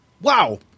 Wow